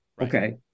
Okay